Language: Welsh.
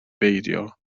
beidio